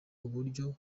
uburyo